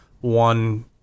one